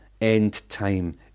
end-time